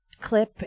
clip